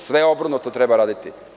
Sve obrnuto treba raditi.